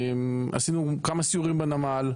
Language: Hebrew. עשינו כמה סיורים בנמל,